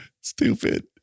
Stupid